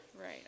Right